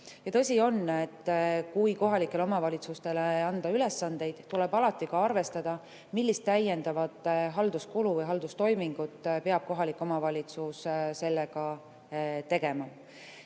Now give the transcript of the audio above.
Tõsi ta on, et kui kohalikele omavalitsustele anda ülesandeid, tuleb alati ka arvestada, millist täiendavat halduskulu või haldustoimingut peab kohalik omavalitsus sellega tegema.